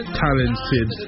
talented